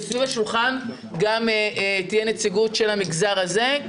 סביב השולחן תהיה גם נציגות של המגזר הזה.